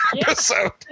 episode